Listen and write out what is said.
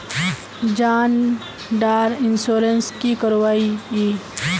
जान डार इंश्योरेंस की करवा ई?